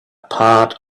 part